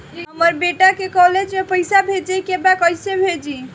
हमर बेटा के कॉलेज में पैसा भेजे के बा कइसे भेजी?